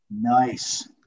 Nice